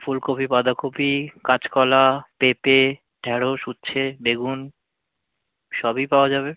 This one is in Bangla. ফুলকপি বাঁধাকপি কাঁচকলা পেঁপে ঢ্যাঁড়শ উচ্ছে বেগুন সবই পাওয়া যাবে